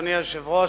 אדוני היושב-ראש,